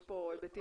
יש פה היבטים